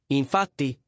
infatti